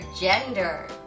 gender